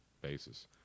basis